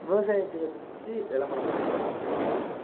விவசாயத்தை வச்சி விளம்பரம் பண்ணணுமா அதைக் கேட்குறேன்